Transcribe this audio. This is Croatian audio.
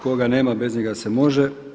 Koga nema, bez njega se može.